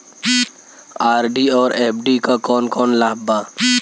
RD और FD क कौन कौन लाभ बा?